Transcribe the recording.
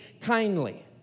kindly